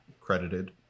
credited